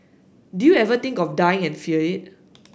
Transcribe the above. do you ever think of dying and fear it